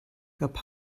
gab